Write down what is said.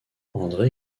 andré